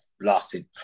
Lasted